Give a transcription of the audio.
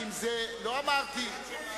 נתקבל.